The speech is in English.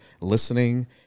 listening